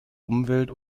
umwelt